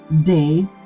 day